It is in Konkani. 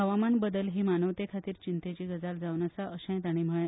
हवामान बदल ही मानवतेखातीर चिंतेची गजाल जावन आसा अशेय तांणी म्हणले